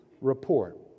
report